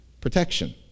Protection